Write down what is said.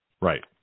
Right